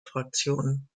fraktion